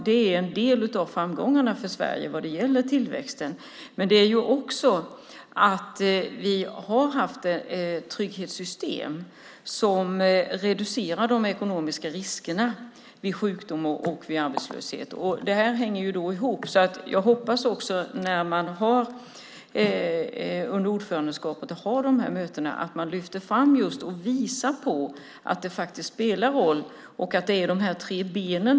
Det är en del av Sveriges framgång när det gäller tillväxten, liksom det faktum att vi har trygghetssystem som reducerar de ekonomiska riskerna vid sjukdom och arbetslöshet. Dessa hänger ihop, och jag hoppas att man, när man under ordförandeskapet har dessa möten, lyfter fram och visar att det faktiskt spelar roll när det handlar om de tre benen.